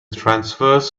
transverse